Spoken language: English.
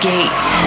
Gate